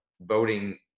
voting